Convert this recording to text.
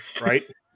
Right